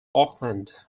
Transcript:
auckland